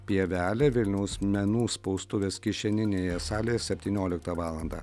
pievelė vilniaus menų spaustuvės kišeninėje salėje septynioliktą valandą